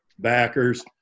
backers